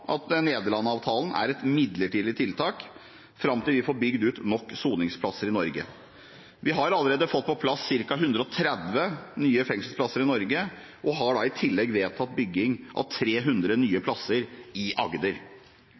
at Nederland-avtalen er et midlertidig tiltak fram til vi får bygd ut nok soningsplasser i Norge. Vi har allerede fått på plass ca. 130 nye fengselsplasser i Norge og har i tillegg vedtatt bygging av 300 nye plasser i Agder.